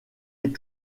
est